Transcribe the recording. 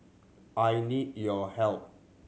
I need your help